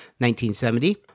1970